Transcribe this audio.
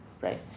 right